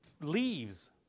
leaves